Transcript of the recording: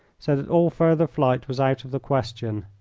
so that all further flight was out of the question.